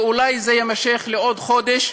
ואולי זה יימשך עוד חודש,